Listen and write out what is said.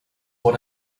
what